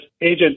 agent